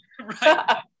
Right